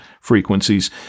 frequencies